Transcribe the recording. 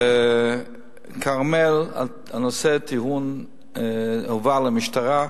ב"כרמל" הנושא הועבר למשטרה.